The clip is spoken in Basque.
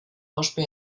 ospe